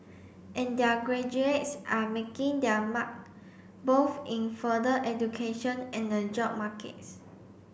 and their graduates are making their mark both in further education and the job markets